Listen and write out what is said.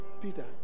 Peter